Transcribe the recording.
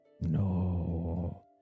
No